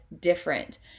different